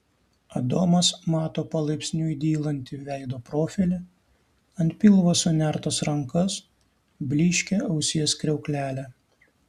adomas mato palaipsniui dylantį veido profilį ant pilvo sunertas rankas blyškią ausies kriauklelę